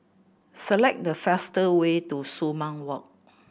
select the fastest way to Sumang Walk